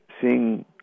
seeing